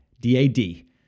D-A-D